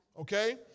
Okay